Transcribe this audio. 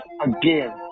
again